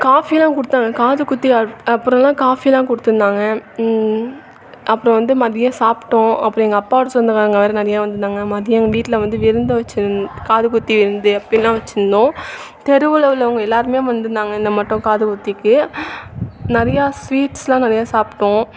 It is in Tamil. காஃபிலாம் கொடுத்தாங்க காது குத்தி அப் அப்புறோலாம் காஃபிலாம் கொடுத்துருந்தாங்க அப்புறம் வந்து மதியம் சாப்பிட்டோம் அப்புறம் எங்கள் அப்பாவோடய சொந்தக்காரங்க வேறே நெறைய வந்துருந்தாங்க மதியம் எங்கள் வீட்டில் வந்து விருந்து வச்சிருந் காது குத்தி வந்து அப்படில்லாம் வச்சிருந்தோம் தெருவில் உள்ளவங்க எல்லாரும் வந்துருந்தாங்க இந்த மாட்டோம் காது குத்திக்கி நிறையா ஸ்வீட்ஸ்லாம் நிறைய சாப்பிட்டோம்